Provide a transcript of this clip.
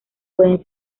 pueden